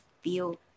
feel